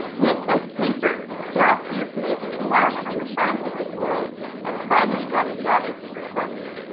with this paper, clausius made his mark on the scientific world and finally got a job as professor.